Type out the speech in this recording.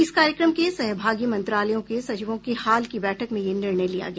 इस कार्यक्रम के सहभागी मंत्रालयों के सचिवों की हाल की बैठक में यह निर्णय लिया गया